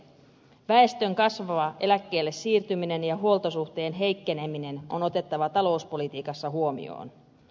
väestön kasvava eläkkeelle siirtyminen ja huoltosuhteen heikkeneminen on otettava talouspolitiikassa huomioon